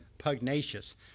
pugnacious